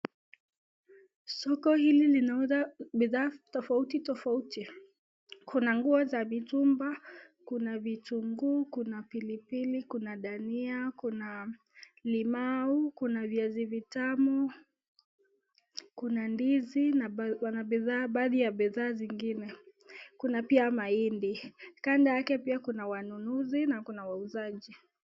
Soko hili linauza bidhaa tofauti tofauti kuna nguo za mitumba, kuna vitunguu, kuna pilipili, kuna dhania, kuna limau, kuna viazi vitamu, kuna ndizi na wana baadhi ya bidhaa zingine kuna pia mahindi. Kando yake kuna wanunuzi na kuna wauzaji.